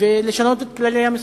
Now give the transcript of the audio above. ולשנות את כללי המשחק.